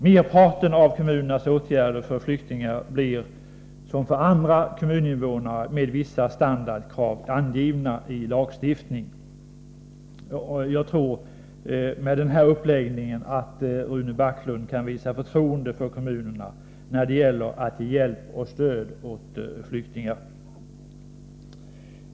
Merparten av kommunernas åtgärder för flyktingar blir desamma som för andra kommuninvånare med vissa standardkrav angivna i lagstiftning. Jag tror, på grund av den här uppläggningen, att Rune Backlund kan visa förtroende för kommunerna när det gäller att ge hjälp och stöd åt flyktingar.